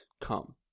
come